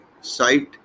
site